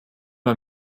bei